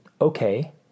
okay